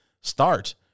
start